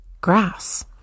grass